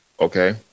Okay